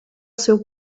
seu